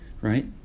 right